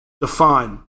define